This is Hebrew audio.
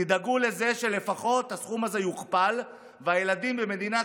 תדאגו לזה שלפחות הסכום הזה יוכפל והילדים במדינת